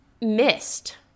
missed